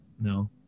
no